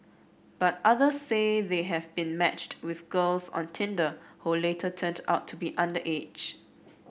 but others say they have been matched with girls on Tinder who later turned out to be underage